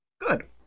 Good